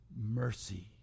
mercy